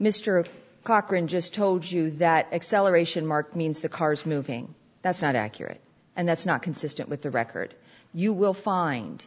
mr cochran just told you that acceleration marked means the cars moving that's not accurate and that's not consistent with the record you will find